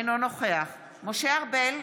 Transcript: אינו נוכח משה ארבל,